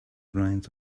reins